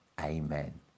Amen